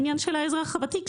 העניין של האזרח הוותיק,